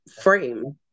frame